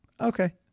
okay